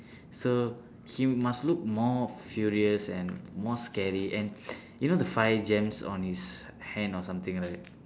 so he must look more furious and more scary and you know the five gems on his hand or something right